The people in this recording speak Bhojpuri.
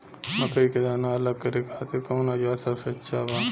मकई के दाना अलग करे खातिर कौन औज़ार सबसे अच्छा बा?